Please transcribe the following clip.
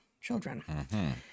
children